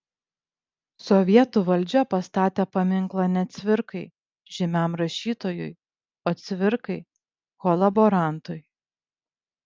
sovietų valdžia pastatė paminklą ne cvirkai žymiam rašytojui o cvirkai kolaborantui